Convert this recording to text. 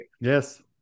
Yes